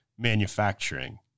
manufacturing